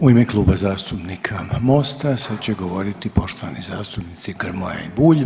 U ime Kluba zastupnika MOST-a sad će govoriti poštovani zastupnici Grmoja i Bulj.